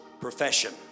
profession